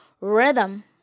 rhythm